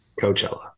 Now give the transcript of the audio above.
Coachella